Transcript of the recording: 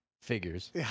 figures